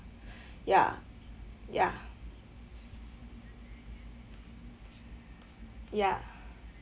ya ya ya